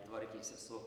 tvarkėsi su